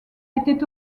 était